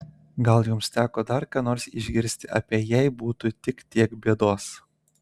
gal jums teko dar ką nors išgirsti apie jei būtų tik tiek bėdos